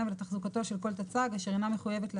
ותחזוקתו של כל תצ"ג אשר אינה מחויבת להסיר,